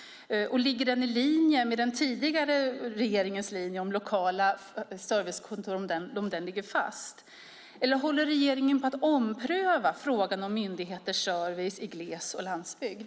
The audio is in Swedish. Ligger den i linje med regeringens tidigare linje om lokala servicekontor och ligger den fast? Eller håller regeringen på att ompröva frågan om myndigheters service i gles och landsbygd?